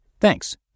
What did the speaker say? Thanks